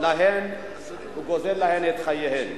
שגוזל להן את חייהן.